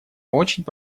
очень